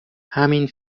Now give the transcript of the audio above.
همین